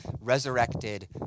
resurrected